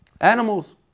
animals